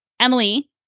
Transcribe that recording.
Emily